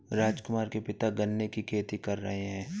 राजकुमार के पिता गन्ने की खेती कर रहे हैं